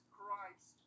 Christ